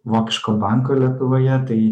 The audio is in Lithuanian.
vokiško banko lietuvoje tai